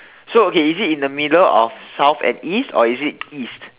so okay is it in the middle of South and East or is it East